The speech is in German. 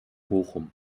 bochum